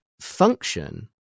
function